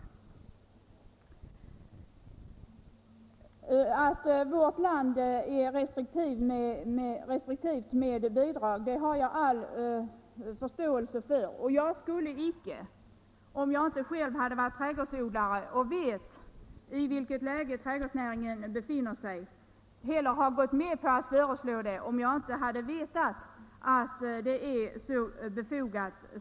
Jag har all förståelse för att vi här i landet är restriktiva med bidrag. Om jag inte själv hade varit trädgårdsodlare och vetat vilket läge trädgårdsnäringen befinner sig i, så skulle jag heller inte gått med på att föreslå detta bidrag. Men nu vet jag att bidraget är mycket befogat.